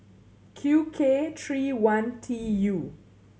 Q K three one T U